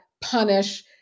punish